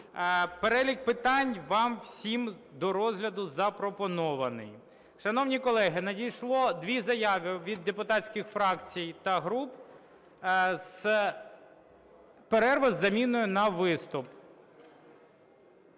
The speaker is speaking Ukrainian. Перелік питань вам всім до розгляду запропонований. Шановні колеги, надійшло дві заяви від депутатських фракцій та груп, перерва із заміною на виступ.